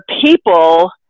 people